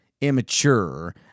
immature